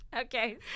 Okay